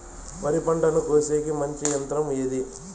వరి పంటను కోసేకి మంచి యంత్రం ఏది?